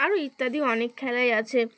আরও ইত্যাদি অনেক খেলাই আছে